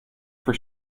for